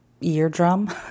eardrum